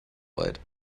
weit